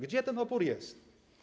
Gdzie ten opór jest?